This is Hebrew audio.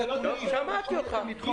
איפה הנתונים?